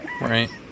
Right